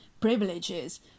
privileges